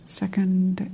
second